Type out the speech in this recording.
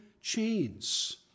chains